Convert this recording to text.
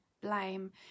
Blame